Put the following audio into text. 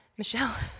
Michelle